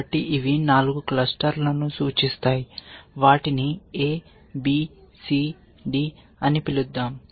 కాబట్టి ఇవి 4 క్లస్టర్లను సూచిస్తాయి వాటిని A B C D అని పిలుద్దాం